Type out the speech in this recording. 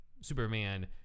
Superman